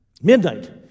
Midnight